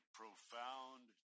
profound